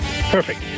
Perfect